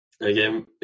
again